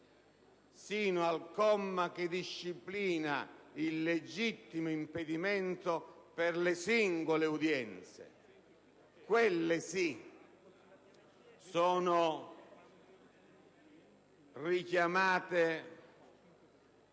sino al comma che disciplina il legittimo impedimento per le singole udienze. Quelle sì sono richiamate